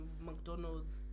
McDonald's